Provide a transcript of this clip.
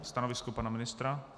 Stanovisko pana ministra?